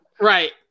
right